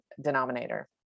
denominator